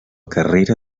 carrera